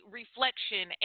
reflection